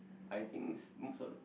I think s~ most of the